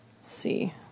see